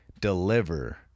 deliver